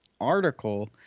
article